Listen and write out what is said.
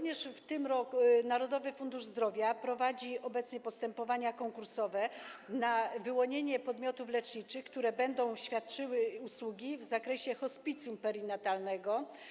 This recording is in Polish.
Narodowy Fundusz Zdrowia prowadzi obecnie postępowania konkursowe w celu wyłonienia podmiotów leczniczych, które będą świadczyły usługi w zakresie hospicjum perinatalnego.